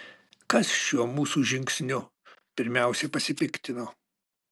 kas šiuo mūsų žingsniu pirmiausia pasipiktino